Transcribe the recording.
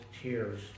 tears